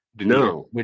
no